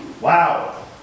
Wow